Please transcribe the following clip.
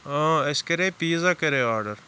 اَسہِ کَرے پیٖزا کَرے آرڈَر